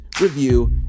review